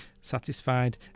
satisfied